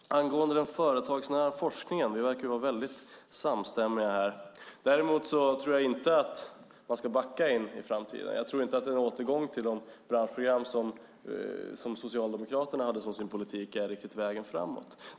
Fru talman! Angående den företagsnära forskningen verkar vi vara väldigt samstämmiga. Däremot tror jag inte att man ska backa in i framtiden. Jag tror inte att en återgång till de branschprogram som Socialdemokraterna hade som sin politik riktigt är vägen framåt.